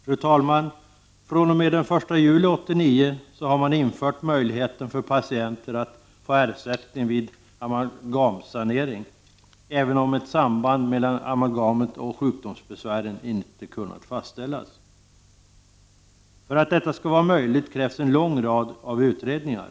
Fru talman! fr.o.m. den 1 juli 1989 har man infört möjlighet för patienter att få ersättning vid amalgamsanering, även om ett samband mellan amalgamet och sjukdomsbesvären inte kunnat fastställas. För att detta skall vara möjligt krävs en lång rad utredningar.